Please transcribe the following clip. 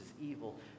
evil